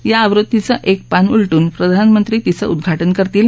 या आवृत्तीचं एक पान उलटून प्रधानमंत्री तिचं उद्घाटन करतील